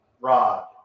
Rod